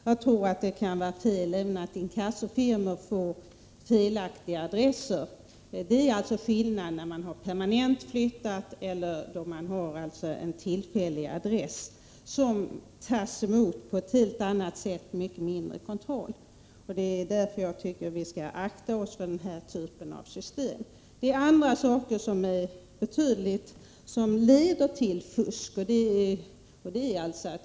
Jag tror att det även kan vara fel att inkassofirmor får oriktiga adresser. Det är skillnad på om man har flyttat permanent eller om man har en tillfällig adress. En tillfällig adressändring tas emot på ett helt annat sätt och kontrolleras mindre noggrant. Det är därför som vi skall akta oss för denna typ av system. Det är andra saker som är av betydelse — och som leder till fusk.